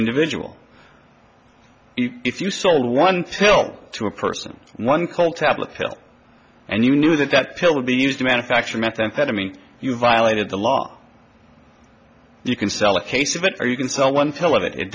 individual if you sold one pill to a person one called tablet hell and you knew that that pill would be used to manufacture methamphetamine you violated the law you can sell a case of it or you can sell one pill of it it